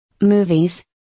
Movies